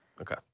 Okay